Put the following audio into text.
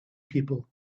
people